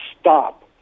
stop